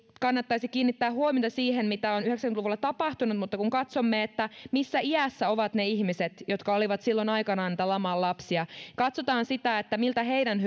kannattaisi kiinnittää huomiota siihen mitä on yhdeksänkymmentä luvulla tapahtunut mutta kun katsotaan missä iässä ovat ne ihmiset jotka olivat silloin aikanaan niitä laman lapsia ja katsotaan miltä heidän